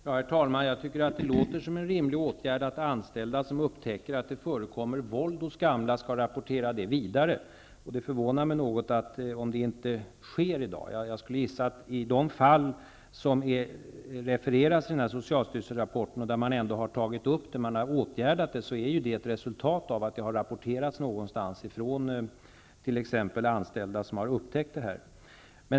Herr talman! Jag tycker att det låter som en rimlig åtgärd att de anställda som upptäcker att det förekommer våld hos gamla skall rapportera det vidare. Det förvånar mig något om det inte sker i dag. Jag skulle gissa att det i de fall som refereras i socialstyrelsens rapport och där åtgärder har vidtagits handlar om ett resultat av att det har rapporterats av någon, t.ex. de anställda, som har upptäckt detta.